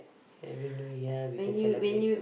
Happy New Year we can celebrate